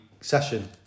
session